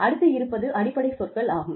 அடுத்து இருப்பது அடிப்படை சொற்கள் ஆகும்